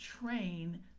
train